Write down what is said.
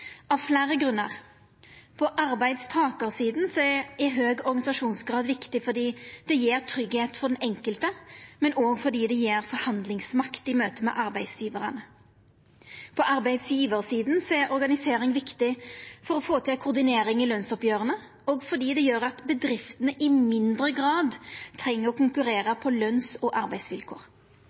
av fleire grunnar. På arbeidstakarsida er høg organisasjonsgrad viktig fordi det gjev tryggleik for den enkelte, men òg fordi det gjev forhandlingsmakt i møte med arbeidsgjevarane. På arbeidsgjevarsida er organisering viktig for å få til koordinering i lønsoppgjera og fordi det gjer at bedriftene i mindre grad treng å konkurrera på løns- og arbeidsvilkår.